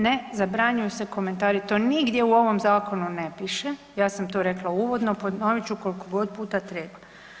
Ne zabranjuju se komentaru, to nigdje u ovom zakonu ne piše, ja sam to rekla uvodno, ponovit ću koliko god puta treba.